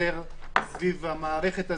מבצר סביב המערכת הזאת,